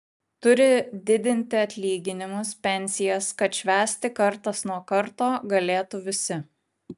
turi didinti atlyginimus pensijas kad švęsti kartas nuo karto galėtų visi